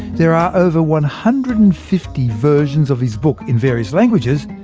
there are over one hundred and fifty versions of his book in various languages,